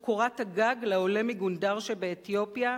הוא קורת הגג לעולה מגונדר שבאתיופיה,